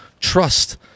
trust